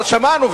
שמענו,